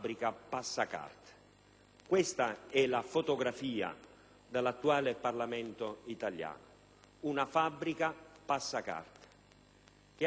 questa è la fotografia dell'attuale Parlamento italiano. Una fabbrica passacarte che, però, ha dei costi